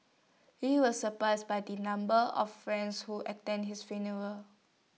he was surprised by the number of friends who attended his funeral